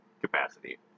capacity